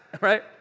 right